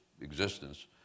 existence